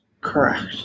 Correct